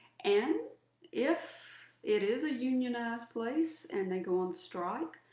and if it is a unionized place and they go on strike,